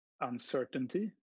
uncertainty